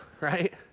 right